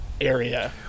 area